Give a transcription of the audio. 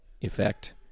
effect